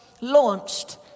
Launched